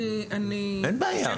אין בעיה.